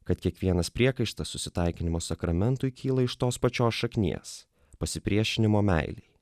kad kiekvienas priekaištas susitaikinimo sakramentui kyla iš tos pačios šaknies pasipriešinimo meilei